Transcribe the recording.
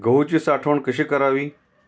गहूची साठवण कशी करावी?